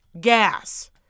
gas-